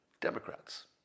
Democrats